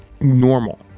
normal